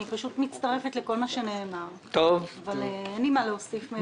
אני מצטרפת לכל מה שנאמר אבל אין לי מה להוסיף מעבר לזה.